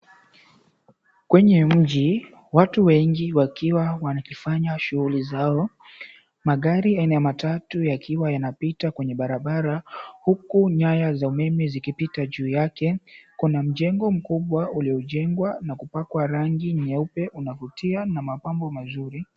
Kwenye mji, watu wengi wakiwa wakifanya shughuli zao, magari aina ya matatu yakiwa yanapita kwenye barabara huku nyaya za umeme zikipitia juu yake. Kuna mjengo mkubwa ulio jengwa na kupakwa rangi nyeupe unavutia na mapambo mazuri.